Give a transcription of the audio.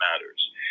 matters